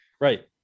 right